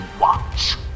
watch